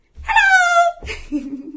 Hello